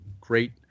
great